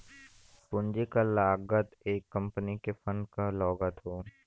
पूंजी क लागत एक कंपनी के फंड क लागत हौ